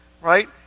right